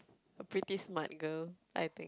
a pretty smart girl I think